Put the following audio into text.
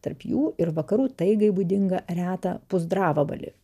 tarp jų ir vakarų taigai būdingą retą pūzdravabalį